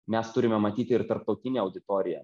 mes turime matyti ir tarptautinę auditoriją